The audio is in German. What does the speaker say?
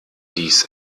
dies